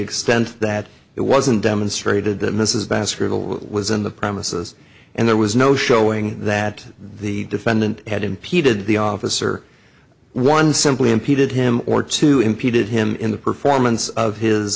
extent that it wasn't demonstrated that mrs baskerville was in the premises and there was no showing that the defendant had impeded the officer one simply impeded him or to impeded him in the performance of his